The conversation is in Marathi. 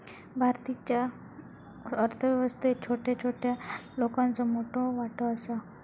भारतीच्या अर्थ व्यवस्थेत छोट्या छोट्या लोकांचो मोठो वाटो आसा